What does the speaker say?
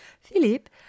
Philip